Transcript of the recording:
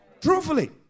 Truthfully